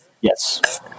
Yes